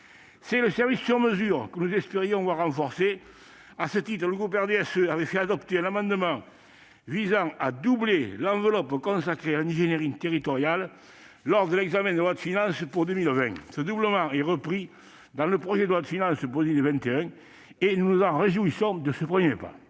C'est le service sur-mesure que nous espérions voir renforcé. À ce titre, le groupe RDSE avait fait adopter un amendement visant à doubler l'enveloppe consacrée à l'ingénierie territoriale, lors de l'examen de la loi de finances pour 2020. Ce doublement est repris dans le projet de loi de finances pour 2021, et nous nous en réjouissons de ce premier pas.